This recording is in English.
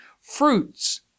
Fruits